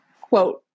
quote